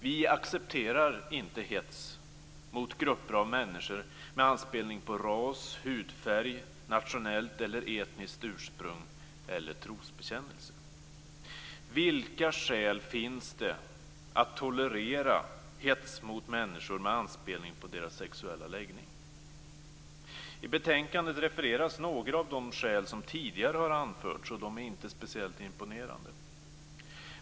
Vi accepterar inte hets mot grupper av människor med anspelning på ras, hudfärg, nationellt eller etniskt ursprung eller trosbekännelse. Vilka skäl finns det att tolerera hets mot människor med anspelning på deras sexuella läggning? I betänkandet refereras några av de skäl som tidigare har anförts. De är inte speciellt imponerande.